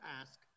ask